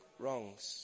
wrongs